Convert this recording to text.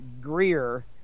Greer